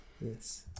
Yes